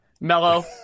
Mellow